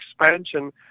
expansion